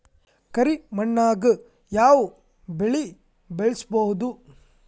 ಕರಿ ಮಣ್ಣಾಗ್ ಯಾವ್ ಬೆಳಿ ಬೆಳ್ಸಬೋದು?